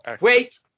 wait